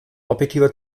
objektiver